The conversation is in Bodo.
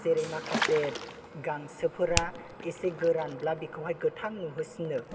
जेरै माखासे गांसोफोरा एसे गोरानब्ला बेखौहाय गोथां नुहोसिनो